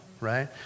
right